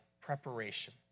preparation